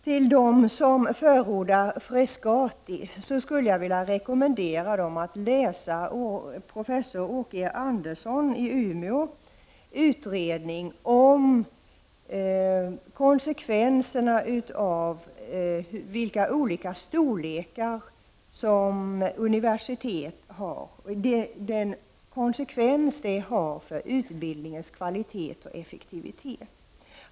Till dem som förordar Frescati skulle jag vilja rekommendera att läsa professor Åke Anderssons i Umeå utredning om konsekvenserna av olika storlekar på ett universitet. Storleken tycks ha konsekvenser i utbildningens kvalitet och effektivitet.